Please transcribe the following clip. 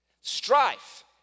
Strife